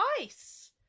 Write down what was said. ice